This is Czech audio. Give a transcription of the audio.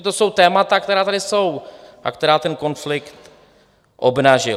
To jsou témata, která tady jsou a která ten konflikt obnažil.